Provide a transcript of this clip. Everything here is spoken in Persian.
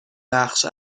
بخش